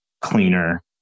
cleaner